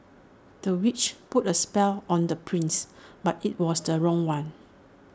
the witch put A spell on the prince but IT was the wrong one